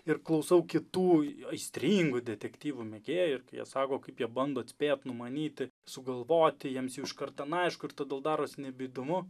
ir klausau kitų aistringu detektyvų mėgėjų ir kai jie sako kaip jie bando atspėt numanyti sugalvoti jiems jau iškart ten aišku ir todėl daros nebeįdomu